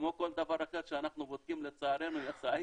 כמו כל דבר אחר שאנחנו בודקים, לצערנו, סעיד,